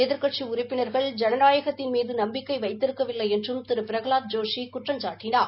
எதிர்க்கட்சி உறுப்பினர்கள் ஜனநாயத்தின் மீது நம்பிக்கை வைத்திருக்கவிலை என்றும் திரு பிரகலாத் ஜோஷி குற்றம் சாட்டினார்